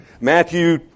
Matthew